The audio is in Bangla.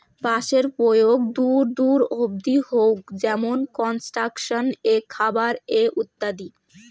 বাঁশের প্রয়োগ দূর দূর অব্দি হউক যেমন কনস্ট্রাকশন এ, খাবার এ ইত্যাদি